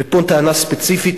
ופה טענה ספציפית.